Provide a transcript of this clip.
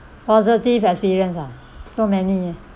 positive experience ah so many